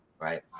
Right